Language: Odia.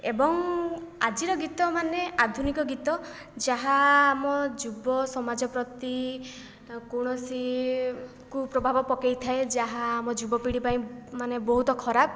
ଏବଂ ଆଜିର ଗୀତ ମାନେ ଆଧୁନିକ ଗୀତ ଯାହା ଆମ ଯୁବ ସମାଜ ପ୍ରତି କୌଣସି କୁପ୍ରଭାବ ପକାଇଥାଏ ଯାହା ଆମ ଯୁବପିଢ଼ି ପାଇଁ ମାନେ ବହୁତ ଖରାପ